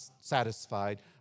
satisfied